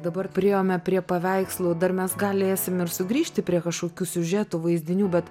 dabar priėjome prie paveikslų dar mes galėsim ir sugrįžti prie kažkokių siužetų vaizdinių bet